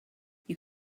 you